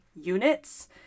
units